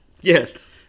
Yes